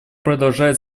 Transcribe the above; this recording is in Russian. продолжает